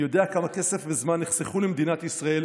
מי יודע כמה כסף וזמן נחסכו למדינת ישראל